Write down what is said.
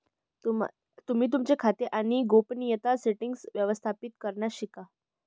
तुम्ही तुमचे खाते आणि गोपनीयता सेटीन्ग्स व्यवस्थापित करण्यास शिका